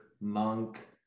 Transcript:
Monk